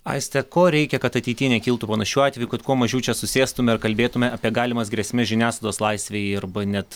aiste ko reikia kad ateityje nekiltų panašių atvejų kad kuo mažiau čia susėstume ir kalbėtume apie galimas grėsmes žiniasklaidos laisvei arba net